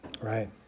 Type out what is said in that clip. right